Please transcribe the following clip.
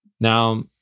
Now